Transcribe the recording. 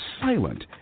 silent